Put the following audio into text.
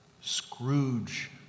Scrooge